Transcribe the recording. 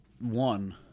one